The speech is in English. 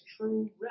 true